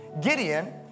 Gideon